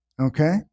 Okay